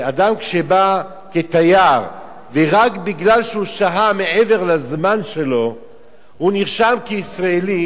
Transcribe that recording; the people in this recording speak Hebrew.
שאדם כשבא כתייר ורק בגלל שהוא שהה מעבר לזמן שלו הוא נרשם כישראלי,